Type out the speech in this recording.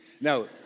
No